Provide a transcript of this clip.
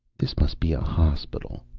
this must be a hospital.